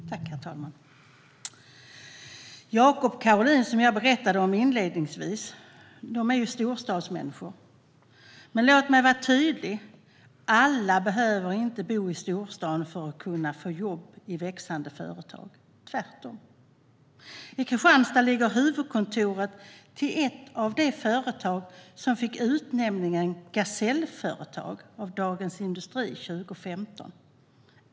Herr talman! Jakob och Caroline, som jag berättade om inledningsvis, är storstadsmänniskor. Men låt mig vara tydlig: Alla behöver inte bo i storstaden för att kunna få jobb i växande företag - tvärtom. I Kristianstad ligger huvudkontoret till ett av de företag som fick utnämningen Gasellföretag av Dagens industri 2015.